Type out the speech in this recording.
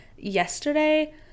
yesterday